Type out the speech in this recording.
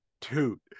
toot